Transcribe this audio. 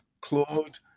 Claude